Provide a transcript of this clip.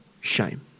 shame